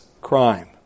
crime